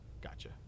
gotcha